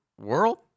world